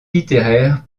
littéraire